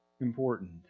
important